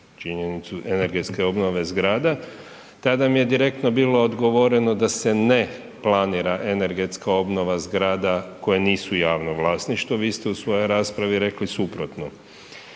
činjenicu energetske obnove zgrada. Tada mi je direktno bilo odgovoreno da se ne planira energetska obnova zgrada koje nisu javno vlasništvo. Vi ste u svojoj raspravi rekli suprotno.